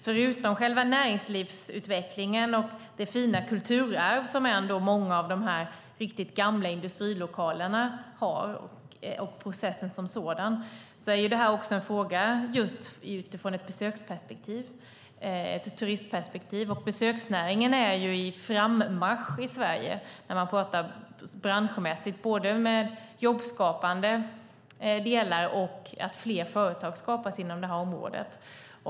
Förutom själva näringslivsutvecklingen och det fina kulturarv som många av de riktigt gamla industrilokalerna är och processen som sådan är det här också en fråga just utifrån ett turistperspektiv. Besöksnäringen är ju på frammarsch i Sverige branschmässigt när det gäller både jobbskapande och att fler företag skapas inom det här området.